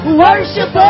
worship